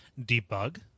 debug